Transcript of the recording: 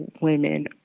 women